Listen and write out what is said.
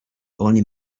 only